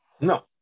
No